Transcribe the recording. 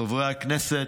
חברי הכנסת,